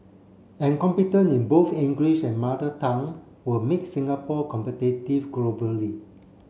and competent in both English and Mother Tongue will make Singapore competitive globally